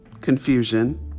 confusion